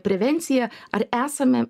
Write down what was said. prevenciją ar esame